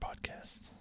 podcast